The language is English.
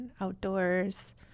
outdoors